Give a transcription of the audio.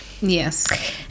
yes